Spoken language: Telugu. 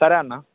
సరే అన్న